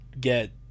get